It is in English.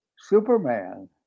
Superman